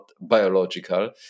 biological